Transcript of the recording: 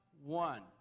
one